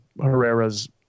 Herrera's